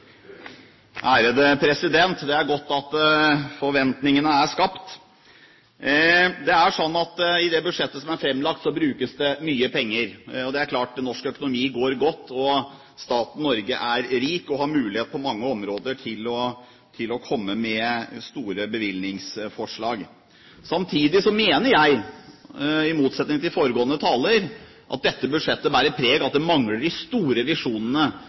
Det er godt at forventningene er skapt. I det budsjettet som er framlagt, brukes det mye penger. Og det er klart – norsk økonomi går godt, og staten Norge er rik og har mulighet til å komme med store bevilgningsforslag på mange områder. Samtidig mener jeg, i motsetning til foregående taler, at dette budsjettet bærer preg av at det mangler de store visjonene,